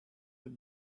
have